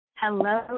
Hello